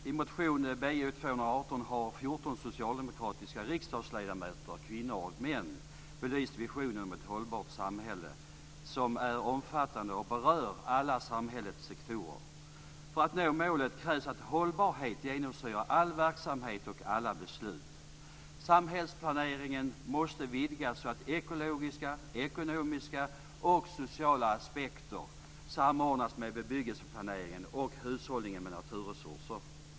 Fru talman! I motion Bo218 har 14 socialdemokratiska riksdagsledamöter, kvinnor och män, belyst visionen om ett hållbart samhälle som är omfattande och berör alla samhällets sektorer. För att nå målet krävs att hållbarhet genomsyrar all verksamhet och alla beslut. Samhällsplaneringen måste vidgas så att ekologiska, ekonomiska och sociala aspekter samordnas med bebyggelseplaneringen och hushållningen med naturresurser.